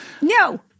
No